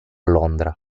londra